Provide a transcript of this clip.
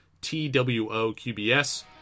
T-W-O-Q-B-S